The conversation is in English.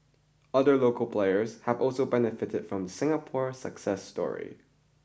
other local players have also benefited from Singapore success story